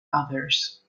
others